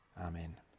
amen